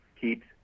keeps